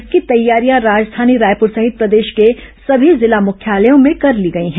इसकी तैयारियां राजधानी रायपुर सहित प्रदेश के सभी जिला मुख्यालयों में कर ली गई हैं